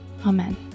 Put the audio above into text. Amen